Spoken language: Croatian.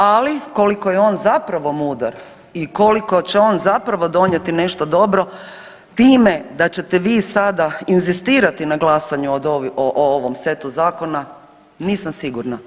Ali, koliko je on zapravo mudar i koliko će on zapravo donijeti nešto dobro time da ćete vi sada inzistirati na glasanju o ovom setu setu, nisam sigurna.